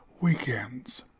weekends